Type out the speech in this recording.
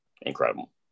Incredible